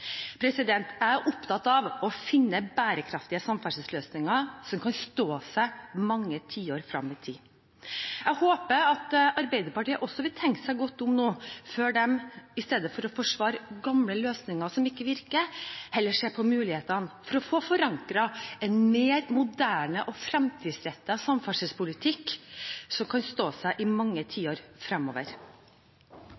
Jeg er opptatt av å finne bærekraftige samferdselsløsninger som kan stå seg i mange tiår frem i tid. Jeg håper at Arbeiderpartiet også vil tenke seg godt om før de i stedet for å forsvare gamle løsninger som ikke virker, heller ser på mulighetene for å få forankret en mer moderne og fremtidsrettet samferdselspolitikk som kan stå seg i mange